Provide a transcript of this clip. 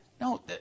No